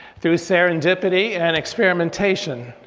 through serendipity and experimentation.